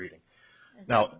reading now